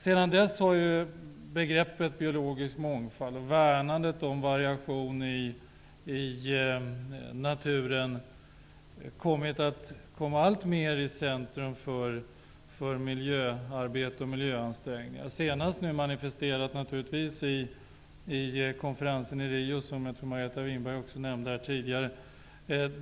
Sedan dess har begreppet biologisk mångfald och värnandet om variation i naturen kommit att komma alltmer i centrum för miljöarbete och miljöansträngningar. Senast manifesterades detta vid konferensen i Rio, som jag tror att Margareta Winberg också nämnde tidigare.